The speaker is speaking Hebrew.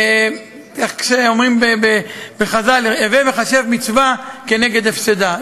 איך אומרים חז"ל: "הווי מחשב שכר מצווה כנגד הפסדה"